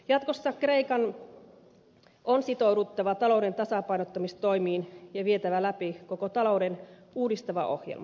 jatkossa kreikan on sitouduttava talouden tasapainottamistoimiin ja vietävä läpi koko talouden uudistava ohjelma